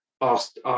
Asked